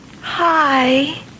Hi